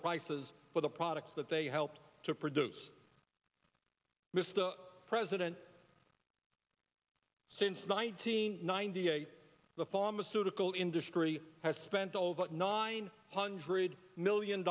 prices for the products that they helped to produce mr president since nineteen ninety eight the pharmaceutical industry has spent over nine hundred million